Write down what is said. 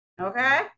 Okay